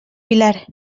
vilar